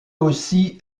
aussi